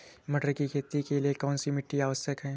मटर की खेती के लिए कौन सी मिट्टी आवश्यक है?